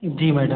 जी madam